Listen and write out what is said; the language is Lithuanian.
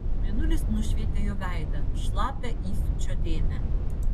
mėnulis nušvietė jo veidą šlapią įsiūčio dėmę